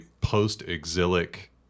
post-exilic